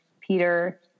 Peter